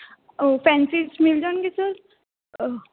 fancy 'ਚ ਮਿਲ ਜਾਣਗੇ ਸਰ